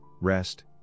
rest